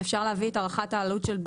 אפשר להביא את הערכת העלות של בדיקה.